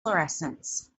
fluorescence